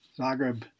Zagreb